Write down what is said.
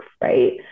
right